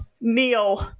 Neil